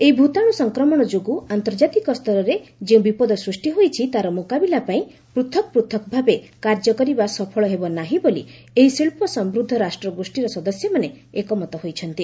ଏହି ଭୂତାଣ୍ର ସଂକ୍ରମଣ ଯୋଗୁଁ ଆର୍ନ୍ତଜାତିକ ସ୍ତରରେ ଯେଉଁ ବିପଦ ସୃଷ୍ଟି ହୋଇଛି ତା'ର ମୁକାବିଲା ପାଇଁ ପୂଥକ୍ ପୃଥକ୍ ଭାବେ କାର୍ଯ୍ୟ କରିବା ସଫଳ ହେବ ନାହିଁ ବୋଲି ଏହି ଶିଳ୍ପସମୃଦ୍ଧ ରାଷ୍ଟ୍ରଗୋଷ୍ଠୀର ସଦସ୍ୟମାନେ ଏକମତ ହୋଇଛନ୍ତି